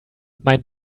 mein